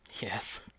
Yes